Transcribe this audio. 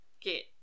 get